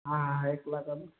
हाँ